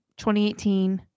2018